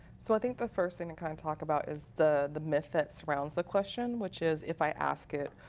so i think the first thing and kind and talk about is the the myth that surrounds the question. which is if i ask it,